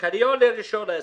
לחניון אין רישיון עסק.